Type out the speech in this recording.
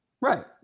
Right